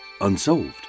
unsolved